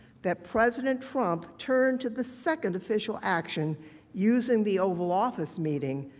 that president trump turned to the second official action using the oval office meeting,